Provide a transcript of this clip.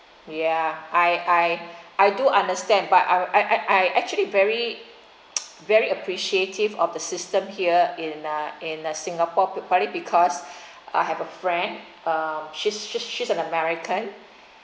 ya I I I do understand but I I I actually very very appreciative of the system here in uh in uh singapore probably because I have a friend uh she's she's an american